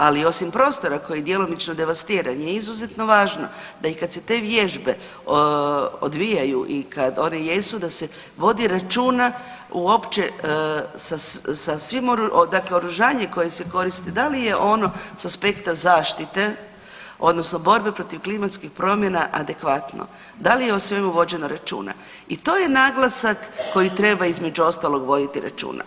Ali osim prostora koji je djelomično devastiran je izuzetno važno da kada se i te vježbe odvijaju i kada one jesu da se vodi računa uopće sa svim, dakle … [[ne razumije se]] koje se koristi da li je ono sa aspekta zaštite odnosno borbe protiv klimatskih promjena adekvatno, da li je o svemu vođeno računa i to je naglasak koji treba između ostalog voditi računa.